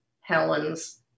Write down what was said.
Helen's